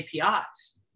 apis